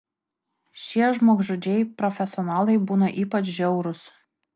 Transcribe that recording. šie žmogžudžiai profesionalai būna ypač žiaurūs